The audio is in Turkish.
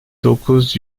dokuz